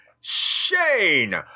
Shane